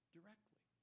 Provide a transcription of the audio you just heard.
Directly